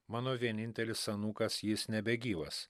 mano vienintelis anūkas jis nebegyvas